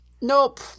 Nope